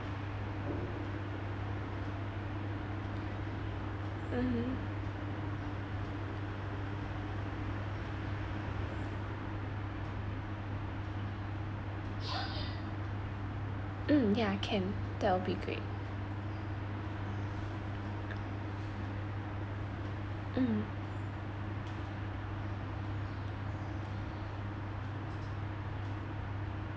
mmhmm mm yeah can that'll be great mm